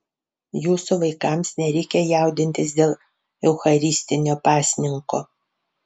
jūsų vaikams nereikia jaudintis dėl eucharistinio pasninko